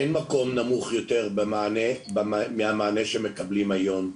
אין מקום נמוך יותר מהמענה שמקבלים היום.